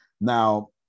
Now